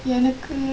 எனக்கு:enakku